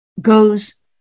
goes